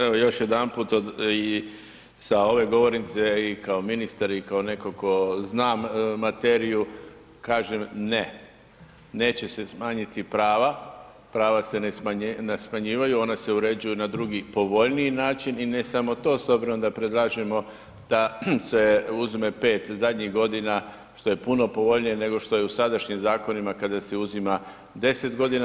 Evo, još jedanput i sa ove govornice i kao ministar i kao netko tko zna materiju, kažem ne, neće se smanjiti prava, prava se ne smanjuju, ona se uređuju na drugu, povoljniji način, i ne samo to, s obzirom da predlažemo da se uzme 5 zadnjih godina, što je puno povoljnije nego što je u sadašnjim zakonima kada se uzima 10 godina.